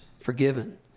forgiven